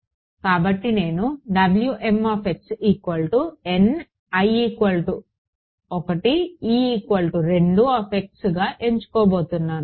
కాబట్టి నేను ఎంచుకోబోతున్నాను